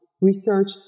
Research